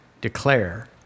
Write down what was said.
declare